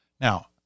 Now